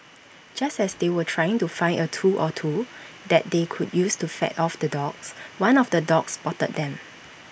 just as they were trying to find A tool or two that they could use to fend off the dogs one of the dogs spotted them